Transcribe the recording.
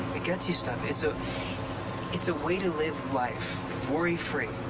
it gets you stuff. it's a it's a way to live life worry free.